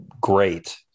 great